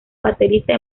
baterista